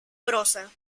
prosa